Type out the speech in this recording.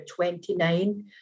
29